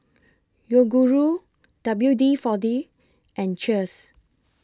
Yoguru W D forty and Cheers